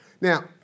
Now